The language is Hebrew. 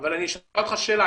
אבל אני אשאל אותך שאלה,